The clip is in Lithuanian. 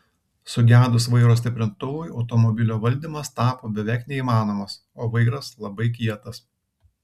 sugedus vairo stiprintuvui automobilio valdymas tapo beveik neįmanomas o vairas labai kietas